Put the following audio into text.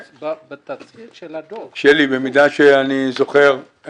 במידה שאני זוכר,